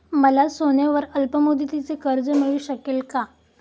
मला सोन्यावर अल्पमुदतीचे कर्ज मिळू शकेल का?